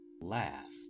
last